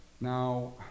now